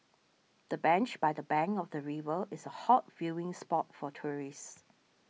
the bench by the bank of the river is a hot viewing spot for tourists